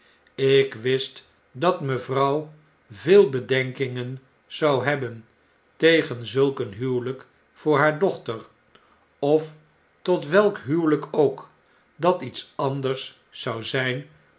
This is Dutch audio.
ik wist dat mevrouw veel bedenkingen zou hebben tegen zulk een huwelyk voor haar dochter of tot welk huwelijk ook dat iets anders zou zyn